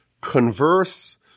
converse